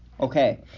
okay